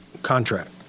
Contract